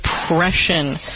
depression